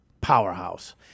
powerhouse